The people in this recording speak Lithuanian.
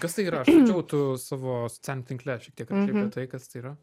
kas tai yra aš mačiau tu savo socialiniam tinkle šiek tiek atliepi tai kas tai yra